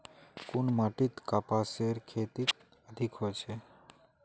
कुन माटित कपासेर खेती अधिक होचे?